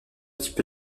type